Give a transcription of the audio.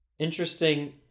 interesting